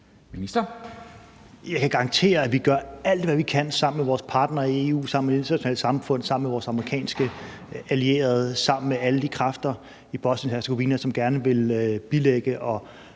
Jeg kan garantere, at vi gør alt, hvad vi kan, sammen med vores partnere i EU, sammen med det internationale samfund, sammen med vores amerikanske allierede, sammen med alle de kræfter i Bosnien-Hercegovina, som gerne vil bilægge og